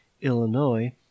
Illinois